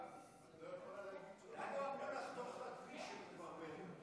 לנו אמרו לחתוך לכביש אם מתברברים.